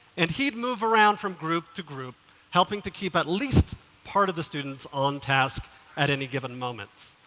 and he'd move around from group to group helping to keep at least part of the students on task at any given moment.